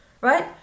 Right